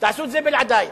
תעשו את זה בלעדי,